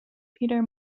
peter